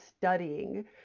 studying